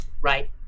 Right